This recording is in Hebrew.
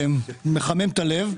מחמם את הלב.